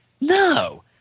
no